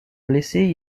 blessé